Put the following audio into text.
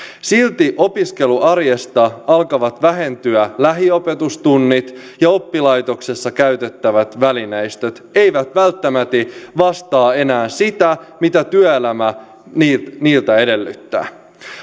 silti opiskeluarjesta alkavat vähentyä lähiopetustunnit ja oppilaitoksessa käytettävät välineistöt eivät välttämäti vastaa enää sitä mitä työelämä niiltä niiltä edellyttää